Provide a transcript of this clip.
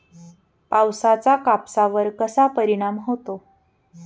पावसाचा कापसावर कसा परिणाम होतो?